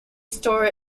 store